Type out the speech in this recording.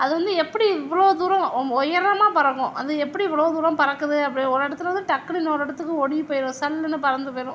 அது வந்து எப்படி இவ்வளோ தூரம் உயரமா பறக்கும் அது எப்படி இவ்வளோ தூரம் பறக்குது அப்படி ஒரு இடத்துலேந்து டக்குன்னு இன்னோரு இடத்துக்கு ஓடி போய்ரும் சல்லுன்னு பறந்து போய்ரும்